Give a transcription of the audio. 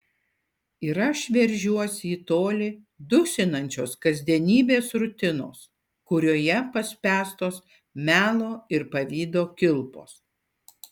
ir aš veržiuosi į tolį dusinančios kasdienybės rutinos kurioje paspęstos melo ir pavydo kilpos